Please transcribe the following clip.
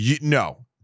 No